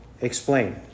explain